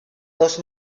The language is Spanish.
dos